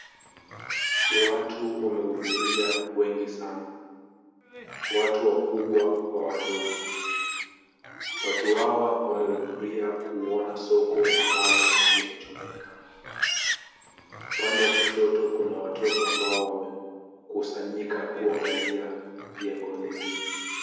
Watu wamehudhuria wengi sana, watu wakubwa kwa wadogo. Watu hawa wamehudhuria kuona soko ambalo limechomeka. Upande wa kushoto kuna watoto ambao wamekusanyika kuangalia jengo lingine.